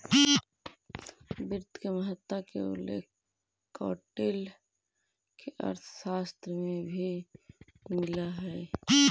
वित्त के महत्ता के उल्लेख कौटिल्य के अर्थशास्त्र में भी मिलऽ हइ